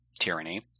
tyranny